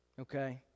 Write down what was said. Okay